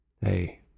Hey